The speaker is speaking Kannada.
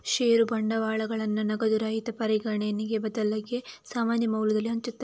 ಷೇರು ಬಂಡವಾಳಗಳನ್ನ ನಗದು ರಹಿತ ಪರಿಗಣನೆಗೆ ಬದಲಿಗೆ ಸಾಮಾನ್ಯ ಮೌಲ್ಯದಲ್ಲಿ ಹಂಚುತ್ತಾರೆ